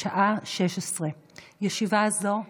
בשעה 16:00. ישיבה זו נעולה.